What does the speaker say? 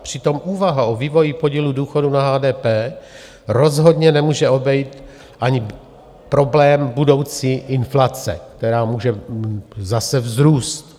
Přitom úvaha o vývoji podílu důchodu na HDP rozhodně nemůže obejít ani problém budoucí inflace, která může zase vzrůst.